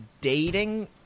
dating